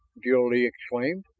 jil-lee exclaimed.